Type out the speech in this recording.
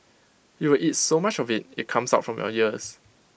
you will eat so much of IT it comes out from your ears